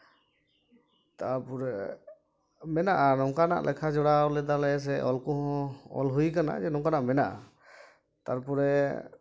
ᱛᱟᱯᱚᱨᱮ ᱢᱮᱱᱟᱜᱼᱟ ᱱᱚᱝᱠᱟᱱᱟᱜ ᱞᱮᱠᱷᱟ ᱡᱚᱲᱟᱣ ᱞᱮᱫᱟᱞᱮ ᱥᱮ ᱚᱞ ᱠᱚᱦᱚᱸ ᱚᱞ ᱦᱩᱭᱟᱠᱟᱱᱟ ᱡᱮ ᱱᱚᱝᱠᱟᱱᱟᱜ ᱢᱮᱱᱟᱜᱼᱟ ᱛᱟᱨᱯᱚᱨᱮ